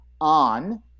on